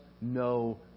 no